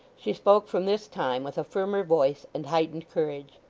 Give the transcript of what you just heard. she spoke from this time with a firmer voice and heightened courage.